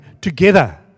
together